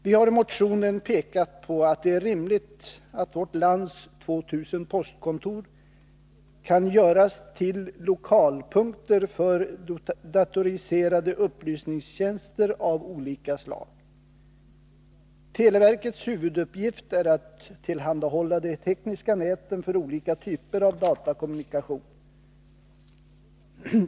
Vi har i motionen pekat på att det är rimligt att vårt lands 2 000 postkontor kan göras till lokalpunkter för datoriserade upplysningstjänster av olika slag. Televerkets huvuduppgift är att tillhandahålla de tekniska näten för olika typer av datakommunikation.